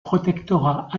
protectorat